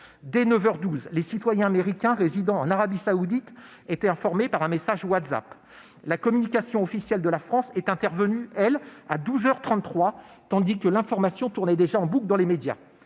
douze, les citoyens américains résidant en Arabie Saoudite en étaient informés par un message sur WhatsApp. La communication officielle de la France est intervenue, quant à elle, à douze heures trente-trois, tandis que l'information tournait déjà en boucle dans les médias